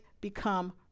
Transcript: become